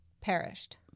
perished